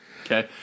Okay